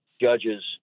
judges